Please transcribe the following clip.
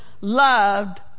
loved